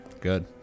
Good